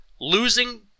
losing